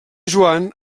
joan